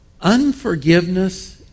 Unforgiveness